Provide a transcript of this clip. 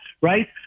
right